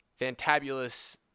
fantabulous